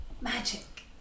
Magic